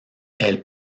elle